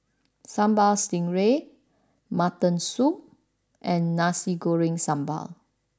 Sambal Stingray Mutton Soup and Nasi Goreng Sambal